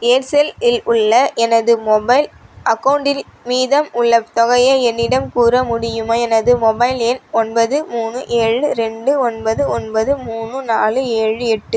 ஏர்செல்லில் உள்ள எனது மொபைல் அக்கௌண்ட்டில் மீதம் உள்ள தொகையை என்னிடம் கூற முடியுமா எனது மொபைல் எண் ஒன்பது மூணு ஏழு ரெண்டு ஒன்பது ஒன்பது மூணு நாலு ஏழு எட்டு